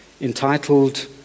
entitled